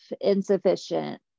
insufficient